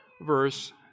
verse